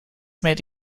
made